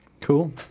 Cool